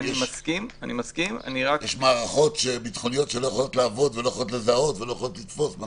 יש מערכות ביטחוניות שלא יכולות לזהות ולא יכולות לתפוס.